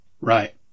Right